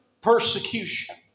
persecution